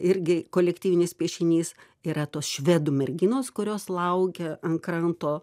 irgi kolektyvinis piešinys yra tos švedų merginos kurios laukia ant kranto